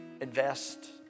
invest